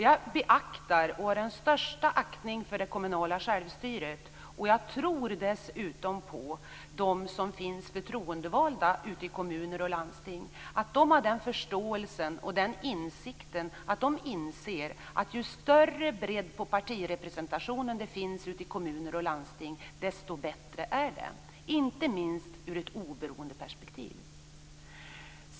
Jag har den största aktning för det kommunala självstyret och tror dessutom att de som är förtroendevalda ute i kommuner och landsting förstår och inser att ju större bredd det finns på partirepresentationen ute i kommuner och landsting, desto bättre är det, inte minst ur ett oberoendeperspektiv.